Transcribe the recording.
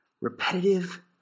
repetitive